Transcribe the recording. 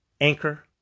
Anchor